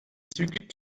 zügig